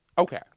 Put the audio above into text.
Okay